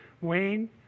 Wayne